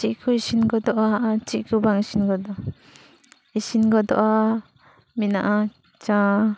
ᱪᱮᱫ ᱠᱚ ᱤᱥᱤᱱ ᱜᱚᱫᱚᱜᱼᱟ ᱟᱨ ᱪᱮᱫ ᱠᱚ ᱵᱟᱝ ᱤᱥᱤᱱ ᱜᱚᱫᱚᱜᱼᱟ ᱤᱥᱤᱱ ᱜᱚᱫᱚᱜᱼᱟ ᱢᱮᱱᱟᱜᱼᱟ ᱪᱟ